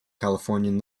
californian